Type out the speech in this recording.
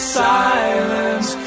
silence